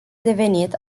devenit